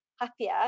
happier